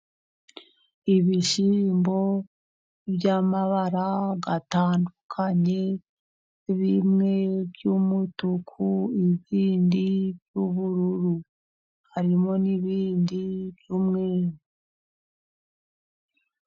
Ibishyimbo by'amabara atandukanye, bimwe by'umutuku, ibindi by'ubururu harimo n'ibindi by'umweru.